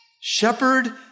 shepherd